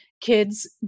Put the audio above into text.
Kids